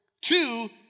two